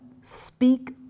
speak